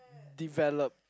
developed